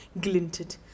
glinted